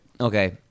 Okay